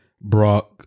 Brock